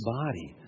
body